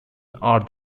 are